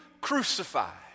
crucified